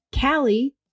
Callie